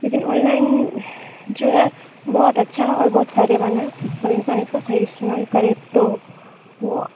لیکن online جو ہے بہت اچھا ہے اور بہت فائدے مند ہے اور انسان اس کا صحیح استعمال کرے تو وہ